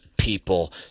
people